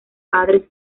padre